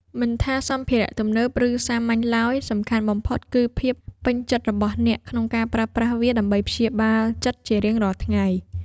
មិនថាសម្ភារៈទំនើប ឬសាមញ្ញឡើយ សំខាន់បំផុតគឺភាពពេញចិត្តរបស់អ្នកក្នុងការប្រើប្រាស់វាដើម្បីព្យាបាលចិត្តជារៀងរាល់ថ្ងៃ។